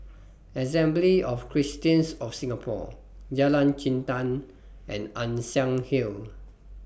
Assembly of Christians of Singapore Jalan Jintan and Ann Siang Hill